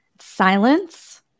silence